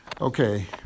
Okay